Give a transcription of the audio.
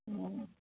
ହୁଁ